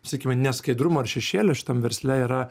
sakykime neskaidrumo ar šešėlio šitam versle yra